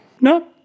No